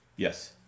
Yes